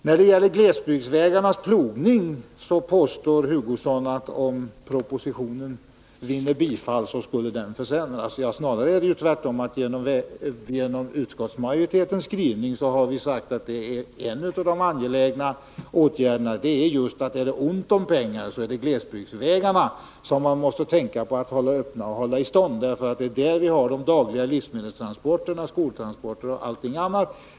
När det gäller glesbygdsvägarnas plogning påstår Kurt Hugosson att den skulle försämras om propositionen vinner bifall. Men det är snarare tvärtom så, att enligt utskottsmajoritetens skrivning är denna plogning en av de angelägna åtgärderna. Är det ont om pengar så måste man först och främst tänka på att glesbygdsvägarna skall hållas öppna och i stånd. Det är där vi har de dagliga livsmedelstransporterna, skolskjutsarna och allt annat.